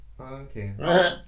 Okay